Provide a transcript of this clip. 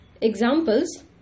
Examples